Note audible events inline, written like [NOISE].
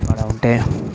[UNINTELLIGIBLE] ఉంటే